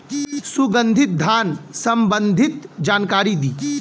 सुगंधित धान संबंधित जानकारी दी?